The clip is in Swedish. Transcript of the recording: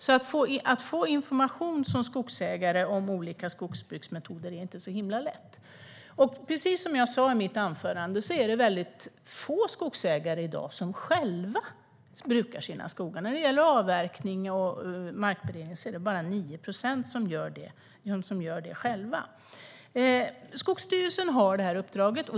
Att som skogsägare få information om olika skogsbruksmetoder är alltså inte så himla lätt, och precis som jag sa i mitt anförande är det i dag väldigt få skogsägare som själva brukar sina skogar. När det gäller avverkning och markberedning är det bara 9 procent som gör det själva. Skogsstyrelsen har det här uppdraget.